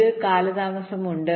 ഒരു കാലതാമസം ഉണ്ട്